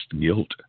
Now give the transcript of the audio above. Guilt